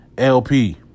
LP